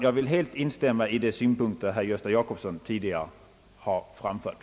Jag vill helt instämma i de synpunkter som herr Gösta Jacobsson tidigare har framfört.